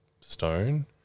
stone